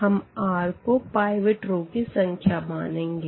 हम r को pivot row की संख्या मानेंगे